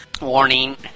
Warning